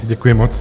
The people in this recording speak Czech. Děkuji moc.